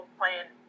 playing